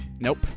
Nope